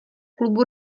klubu